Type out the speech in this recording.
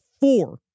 four